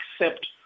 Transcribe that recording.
accept